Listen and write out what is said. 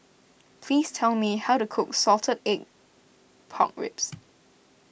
please tell me how to cook Salted Egg Pork Ribs